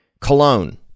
cologne